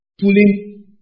pulling